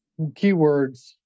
keywords